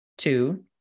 Two